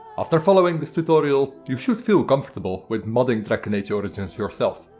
after following this tutorial, you should feel comfortable with modding dragon age origins yourself.